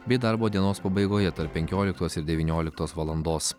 bei darbo dienos pabaigoje tarp penkioliktos ir devynioliktos valandos